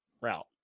route